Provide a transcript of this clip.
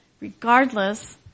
regardless